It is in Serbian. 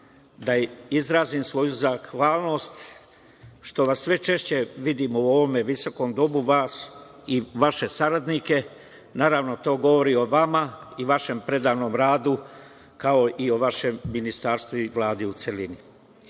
da izrazim svoju zahvalnost što vas sve češće vidimo u ovom visokom domu, vas i vaše saradnike, naravno, to govori o vama i vašem predanom radu, kao i o vašem ministarstvu i Vladi u celini.I